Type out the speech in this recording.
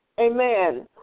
amen